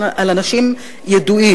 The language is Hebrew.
על אנשים ידועים.